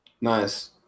Nice